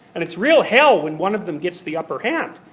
and it's real hell when one of them gets the upper hand.